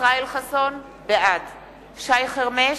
ישראל חסון, בעד שי חרמש,